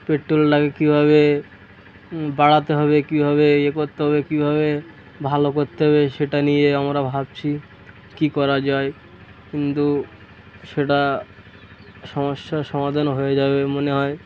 পেট্রোলটাকে কীভাবে বাড়াতে হবে কীভাবে ইয়ে করতে হবে কীভাবে ভালো করতে হবে সেটা নিয়ে আমরা ভাবছি কী করা যায় কিন্তু সেটা সমস্যার সমাধান হয়ে যাবে মনে হয়